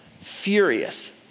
furious